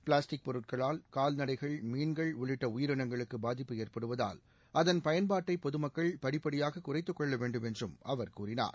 plastic பொருட்களால் கால்நடைகள் மீன்கள் உள்ளிட்ட உயிரினங்களுக்கு பாதிப்பு ஏற்படுவதால் அதன் பயன்பாட்டை பொதுமக்கள் படிப்படியாக குறைத்துக் கொள்ள வேண்டும் என்றும் அவர் கூறினார்